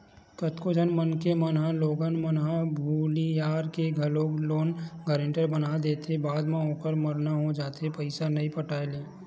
कतको झन मनखे मन ल लोगन मन ह भुलियार के घलोक लोन गारेंटर बना देथे बाद म ओखर मरना हो जाथे पइसा नइ पटाय ले